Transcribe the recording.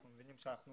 אנחנו מבינים שאנחנו